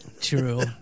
True